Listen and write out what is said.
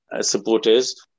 supporters